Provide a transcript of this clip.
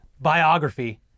biography